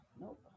nope